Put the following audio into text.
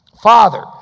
Father